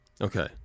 Okay